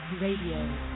RADIO